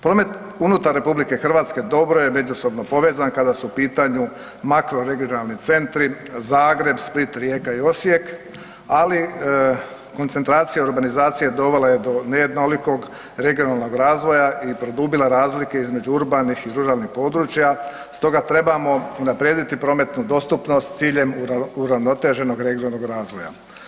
Promet unutar RH dobro je međusobno povezan kada su u pitanju makroregionalni centri, Zagreb, Split, Rijeka i Osijek, ali koncentracija i urbanizacija dovela je do nejednolikog regionalnog razvoja i produbila razlike između urbanih i ruralnih područja, stoga trebamo unaprijediti prometnu dostupnost s ciljem uravnoteženog regionalnog razvoja.